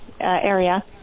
area